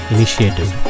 Initiative